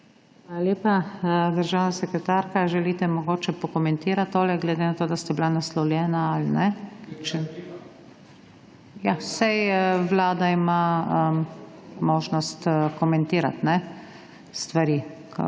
lepa. Državna sekretarka, želite mogoče pokomentirati to, glede na to da sta bila naslovljeni ali ne? Vlada ima možnost komentirati stvari, da